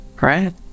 right